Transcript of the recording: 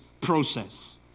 process